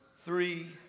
Three